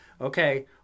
Okay